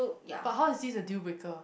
but how is this a deal breaker